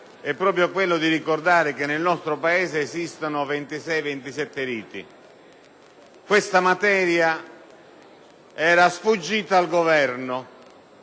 e` proprio quello di ricordare che nel nostro Paese esistono 26 o 27 riti. Questa materia era sfuggita al Governo